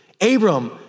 Abram